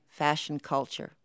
FashionCulture